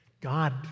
God